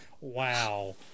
Wow